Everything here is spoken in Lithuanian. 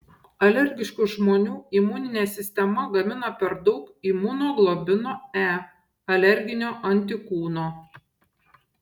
alergiškų žmonių imuninė sistema gamina per daug imunoglobulino e alerginio antikūno